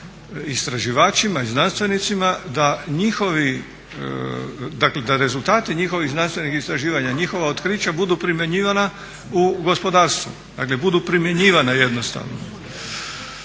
istraživačima i znanstvenicima da njihovi, dakle da rezultati njihovih znanstvenih istraživanja, njihova otkrića budu primjenjivana u gospodarstvu. Dakle budu primjenjivana jednostavno.